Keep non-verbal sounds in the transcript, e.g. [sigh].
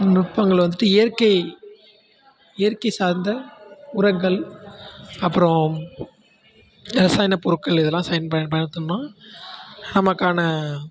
நுட்பங்கள் வந்துட்டு இயற்கை இயற்கை சார்ந்த உரங்கள் அப்புறம் ரசாயன பொருட்கள் இதெல்லாம் [unintelligible] பார்த்தம்னா நமக்கான